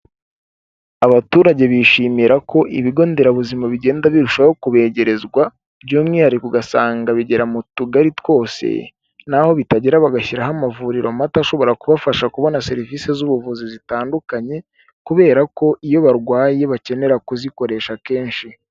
Abaturage bishimira ko ibigo nderabuzima bigenda birushaho kubegerezwa, by'umwihariko ugasanga bigera mu tugari twose, n'aho bitagera bagashyiraho amavuriro mato ashobora kubafasha kubona serivisi z'ubuvuzi zitandukanye, kubera ko iyo barwaye bakenera kuzikoresha kenshi.